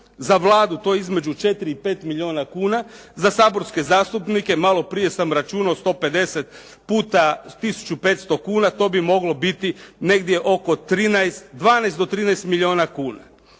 za Vladu to između 4 i 5 milijuna kuna, za saborske zastupnike, malo prije sam računao 150 puta 1500 kuna, to bi moglo biti negdje oko 13, 12 do 13 milijuna kuna.